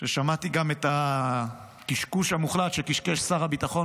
ששמעתי גם את הקשקוש המוחלט שקשקש שר הביטחון